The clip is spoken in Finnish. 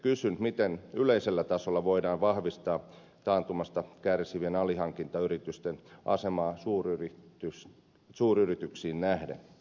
kysyn miten yleisellä tasolla voidaan vahvistaa taantumasta kärsivien alihankintayritysten asemaa suuryrityksiin nähden